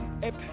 App